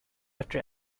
after